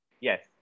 Yes